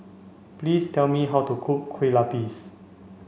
please tell me how to cook Kue Lupis